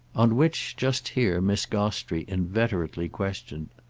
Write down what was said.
on which, just here, miss gostrey inveterately questioned.